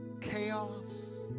chaos